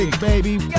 Baby